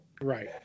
Right